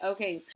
Okay